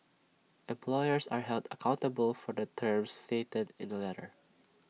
employers are held accountable for the terms stated in the letter